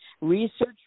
research